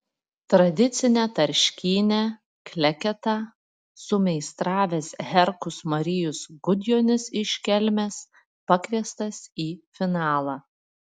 tradicinę tarškynę kleketą sumeistravęs herkus marijus gudjonis iš kelmės pakviestas į finalą